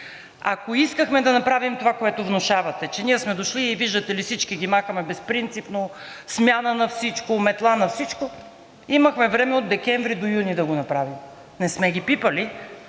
Ако искахме да направим това, което внушавате, че ние сме дошли и виждате ли всички ги махаме безпринципно, смяна на всичко, метла на всичко, имахме време от декември до юни да го направим. Не сме ги пипали,